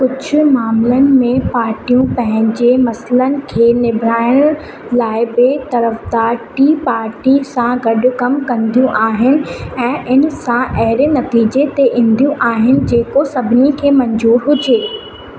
कुझु मामिलनि में पार्टियूं पंहिंजे मसइलनि खे निबेराइण लाइ बे तर्फ़िदार टीं पार्टीअ सां गॾु कमु कंदियूं आहिनि ऐं इन सां अहिड़े नतीजे ते ईंदियूं आहिनि जेको सभिनी खे मंज़ूरु हुजे